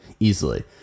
Easily